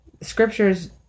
scripture's